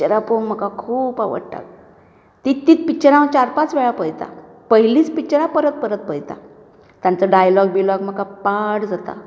पिक्चरां पळोवूंक म्हाका खूब आवडटा तींच तींच पिक्चरां हांव चार पांच वेळा पळयता पयिल्लींच पिक्चरां हांव परत परत पळयता तांचो डायलोग बीलोग म्हाका पाठ जाता